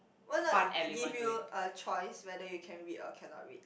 why not give you a choice whether you can read or cannot read